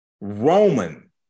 roman